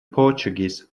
portuguese